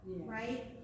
right